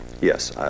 Yes